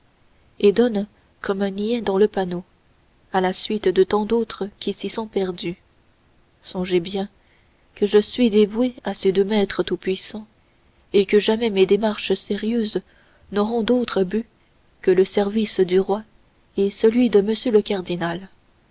et donne comme un niais dans le panneau à la suite de tant d'autres qui s'y sont perdus songez bien que je suis dévoué à ces deux maîtres tout-puissants et que jamais mes démarches sérieuses n'auront d'autre but que le service du roi et celui de m le cardinal